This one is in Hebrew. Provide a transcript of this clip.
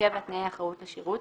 (7)תנאי האחריות לשירות,